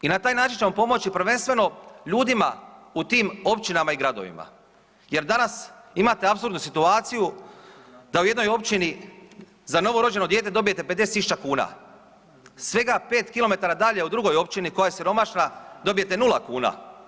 I na taj način ćemo pomoći prvenstveno ljudima u tim općinama i gradovima jer danas imate apsurdnu situaciju da u jednoj općini za novorođeno dijete dobijete 50.000 kuna, svega pet kilometara dalje u drugoj općini koja je siromašna dobijete nula kuna.